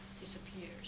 disappears